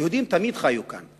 היהודים תמיד חיו כאן.